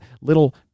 little